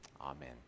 Amen